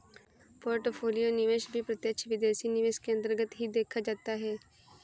portfolio निवेश भी प्रत्यक्ष विदेशी निवेश के अन्तर्गत ही देखा जाता है